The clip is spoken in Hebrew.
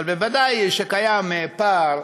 אבל בוודאי שקיים פער,